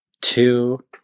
two